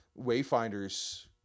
Wayfinders